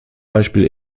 beispiel